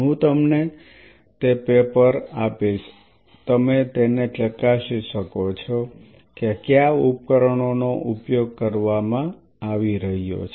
હું તમને તે પેપર આપીશ તમે તેને ચકાસી શકો છો કે કયા ઉપકરણોનો ઉપયોગ કરવામાં આવી રહ્યા છે